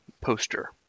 poster